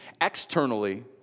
externally